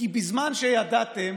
כי בזמן שידעתם